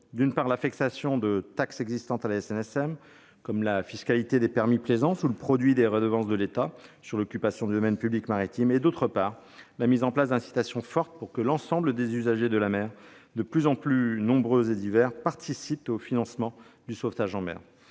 D'une part, l'affectation à la SNSM de taxes existantes, comme la fiscalité des permis de plaisance ou le produit des redevances de l'État sur l'occupation du domaine public maritime. D'autre part, le déploiement d'incitations fortes pour que l'ensemble des usagers de la mer, de plus en plus nombreux et divers, participent au financement du sauvetage en mer.